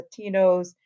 Latinos